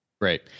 Great